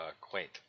quaint